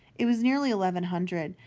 it was nearly eleven hundred,